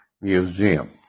Museum